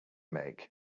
make